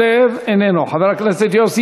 חבר הכנסת עמר בר-לב,